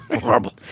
horrible